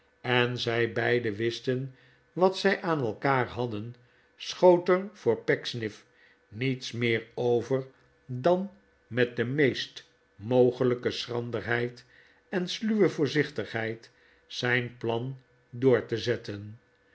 en zij beiden wisten wat zij aan elkaar hadden schoot er voor pecksniff niets meer over dan met de meest mogelijke schranderheid en sluwe voorzichtigheid zijn plan door te zetten